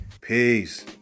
Peace